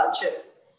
cultures